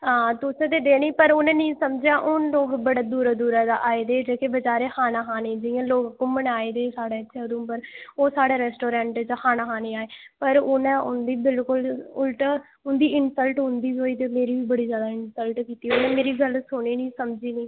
हां तुसें ते देनी पर उ'नें निं समझेआ हून लोक बड़े दूरा दूरा दा आए दे हे जेह्के बचारे खाना खाने गी जि'यां लोक घूमन आए दे साढ़े इत्थै उधमपुर ओ साढ़े रैस्टोरेंट च खाना खाने ई आए पर उ'नें उं'दी बिल्कुल उलटा उं'दी इनसल्ट उं'दी बी होई ते मेरी बी बड़ी जैदा इनसल्ट कीती उ'नें मेरी गल्ल सुनी निं समझी निं